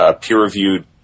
peer-reviewed